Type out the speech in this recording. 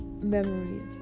memories